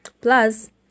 Plus